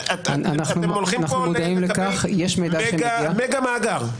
אתם הולכים לקבל פה מגה מאגר.